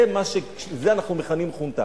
את זה אנחנו מכנים "חונטה".